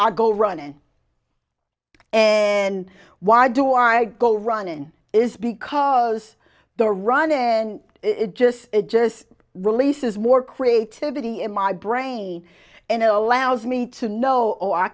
i go running and why do i go running is because the run in it just it just releases more creativity in my brain and it allows me to know